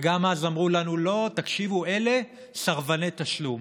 וגם אז אמרו לנו: לא, תקשיבו, אלה סרבני תשלום.